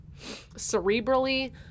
cerebrally